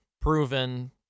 proven